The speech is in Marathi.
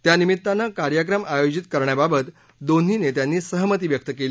त्या निमित्तानं कार्यक्रम आयोजित करण्याबाबत दोन्ही नेत्यांनी सहमती व्यक्त केली